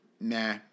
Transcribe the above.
Nah